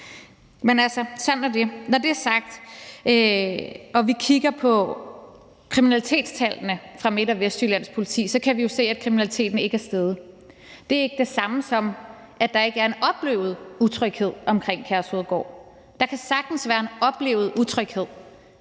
Men altså, sådan er det. Når vi kigger på kriminalitetstallene fra Midt- og Vestjyllands Politi, kan vi jo se, at kriminaliteten ikke er steget. Det er ikke det samme, som at der ikke er en oplevet utryghed omkring Kærshovedgård. Der kan sagtens være en oplevet utryghed